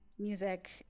music